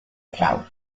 klaus